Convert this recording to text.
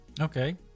Okay